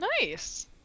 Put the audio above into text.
Nice